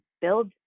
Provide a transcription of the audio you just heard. build